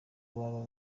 baba